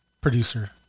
producer